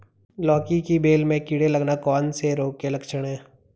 लौकी की बेल में कीड़े लगना कौन से रोग के लक्षण हैं?